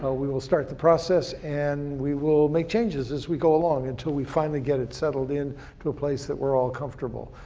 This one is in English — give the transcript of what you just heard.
ah we will start the process, and we will make changes as we go along, until we finally get it settled in to a place that we're all comfortable.